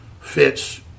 fits